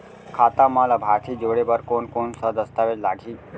खाता म लाभार्थी जोड़े बर कोन कोन स दस्तावेज लागही?